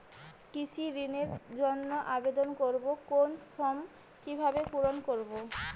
কৃষি ঋণের জন্য আবেদন করব কোন ফর্ম কিভাবে পূরণ করব?